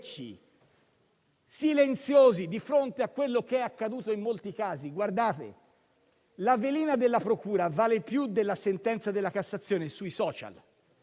silenziosi di fronte a quello che è accaduto in molti casi. Guardate, la velina della procura vale più della sentenza della Cassazione sui *social*,